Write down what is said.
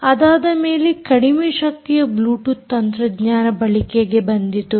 ಅದಾದ ಮೇಲೆ ಕಡಿಮೆ ಶಕ್ತಿಯ ಬ್ಲೂಟೂತ್ ತಂತ್ರಜ್ಞಾನ ಬಳಕೆಗೆ ಬಂದಿತು